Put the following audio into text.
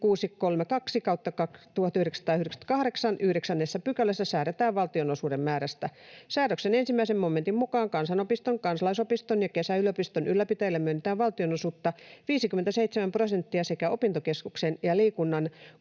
632/1998 9 §:ssä säädetään valtionosuuden määrästä. Säädöksen ensimmäisen momentin mukaan kansanopiston, kansalaisopiston ja kesäyliopiston ylläpitäjälle myönnetään valtionosuutta 57 prosenttia sekä opintokeskuksen ja liikunnan